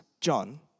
John